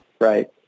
Right